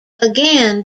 again